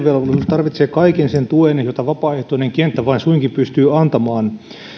tarvitsee kaiken sen tuen jota vapaaehtoinen kenttä vain suinkin pystyy antamaan